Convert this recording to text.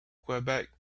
quebec